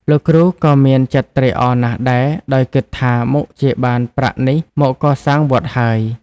លោកគ្រូក៏មានចិត្តត្រេកអរណាស់ដែរ ដោយគិតថាមុខជាបានប្រាក់នេះមកកសាងវត្តហើយ។